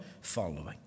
following